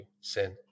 sin